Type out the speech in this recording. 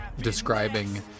Describing